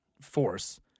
force